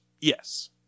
Yes